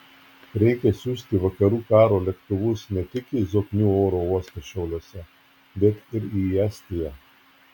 reikia siųsti vakarų karo lėktuvus ne tik į zoknių oro uostą šiauliuose bet ir į estiją